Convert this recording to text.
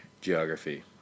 geography